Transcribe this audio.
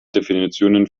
definitionen